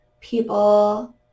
people